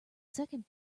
second